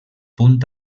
punt